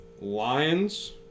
Lions